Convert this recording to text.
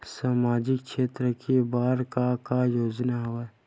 सामाजिक क्षेत्र के बर का का योजना हवय?